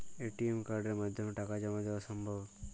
ATM কার্ডের মাধ্যমে টাকা জমা দেওয়া সম্ভব?